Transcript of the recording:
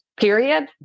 period